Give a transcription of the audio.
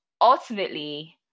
ultimately